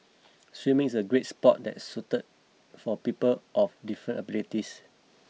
swimming is a great sport that is suited for people of different abilities